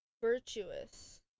Virtuous